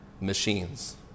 machines